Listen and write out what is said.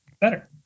better